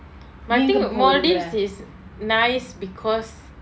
I think maldives is nice because